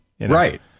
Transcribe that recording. Right